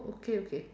okay okay